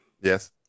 Yes